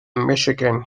michigan